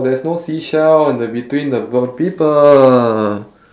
there's no seashell in the between the both people